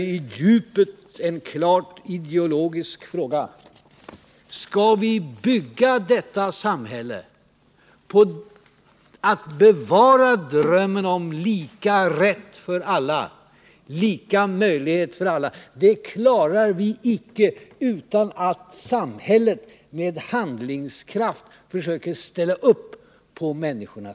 Det gäller djupast sett en klart ideologisk fråga: Skall vi, när vi bygger upp vårt samhälle, bevara drömmen om lika rätt och lika möjligheter för alla? Vi klarar icke att genomföra detta utan att samhället med handlingskraft ställer upp för de enskilda människorna.